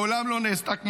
מעולם לא נעשתה כמותה,